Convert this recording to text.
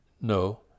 No